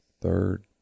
third